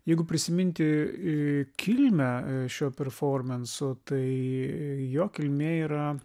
jeigu prisiminti kilmę šio performanso tai jo kilmė yra